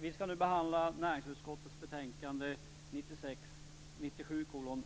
Fru talman! Vi behandlar nu näringsutskottets betänkande 1996 97:84